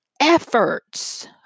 efforts